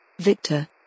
Victor